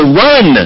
run